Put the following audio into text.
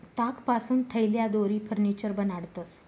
तागपासून थैल्या, दोरी, फर्निचर बनाडतंस